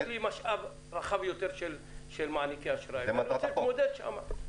יש לי משאב רחב יותר של מעניקי אשראי ואני רוצה להתמודד שם.